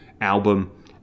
album